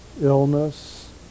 illness